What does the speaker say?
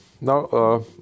Now